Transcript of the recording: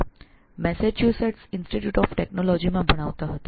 S માં Massachusetts Institute of Technology માં ભણાવતા હતા